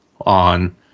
on